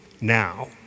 now